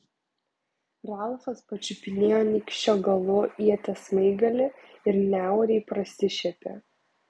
ralfas pačiupinėjo nykščio galu ieties smaigalį ir niauriai prasišiepė